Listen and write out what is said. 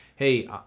hey